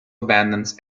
abandons